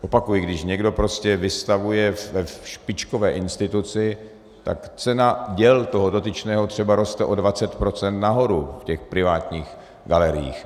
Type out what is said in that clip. Opakuji, když někdo prostě vystavuje ve špičkové instituci, tak cena děl toho dotyčného třeba roste o 20 % nahoru v těch privátních galeriích.